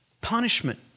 punishment